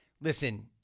Listen